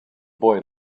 boy